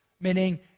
Meaning